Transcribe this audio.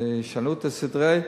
וישנו את הסדרים,